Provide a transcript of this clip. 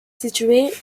située